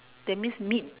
that means meet